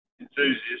enthusiast